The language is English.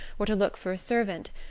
or to look for a servant,